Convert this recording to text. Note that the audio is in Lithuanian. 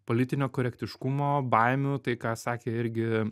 politinio korektiškumo baimių tai ką sakė irgi